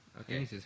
Okay